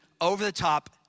over-the-top